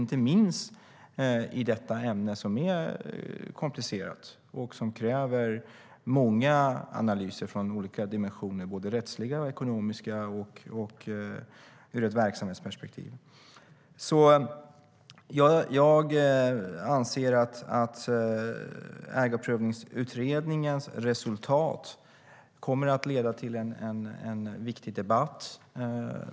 Det gäller inte minst detta ämne, som är komplicerat och som kräver många analyser från olika dimensioner, både rättsliga och ekonomiska, och ur ett verksamhetsperspektiv. Jag anser att Ägarprövningsutredningens resultat kommer att leda till en viktig debatt.